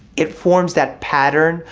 it forms that pattern,